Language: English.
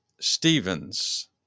Stevens